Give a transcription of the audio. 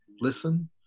listen